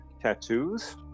tattoos